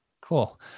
Cool